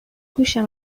گوشم